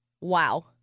Wow